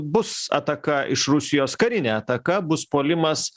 bus ataka iš rusijos karinė ataka bus puolimas